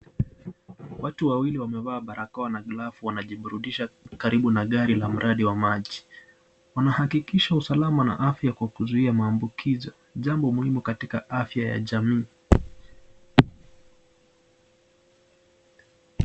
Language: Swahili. Watu wawili wamevaa barakoa na glovu wanajiburudisha karibu na gari la mradi wa maji. Wanahakikisha usalama wa afya na kuzuia maambukizi , jambo muhimu katika afya ya jamii.